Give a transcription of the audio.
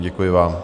Děkuji vám.